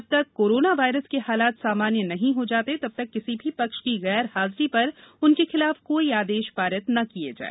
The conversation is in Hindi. जब तक कोरोना वायरस के हालात सामान्य नहीं हो जाते तब तक किसी भी पक्ष की गैर हाजिरी पर उनके खिलाफ कोई आदेश पारित न किए जाएं